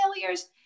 failures